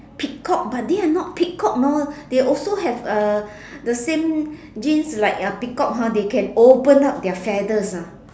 peacock but they are not peacock you know they also have uh the same genes like a peacock ha they can open up their feathers ah